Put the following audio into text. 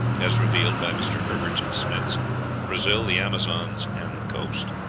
as revealed by mr. herbert smith's brazil, the amazons, and the coast.